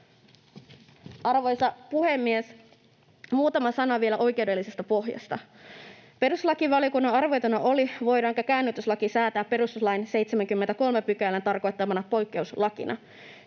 Arvoisa puhemies! Muutama sana vielä oikeudellisesta pohjasta. Perustuslakivaliokunnan arvioitavana oli, voidaanko käännytyslaki säätää perustuslain 73 §:n tarkoittamana poikkeuslakina.